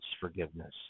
forgiveness